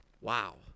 wow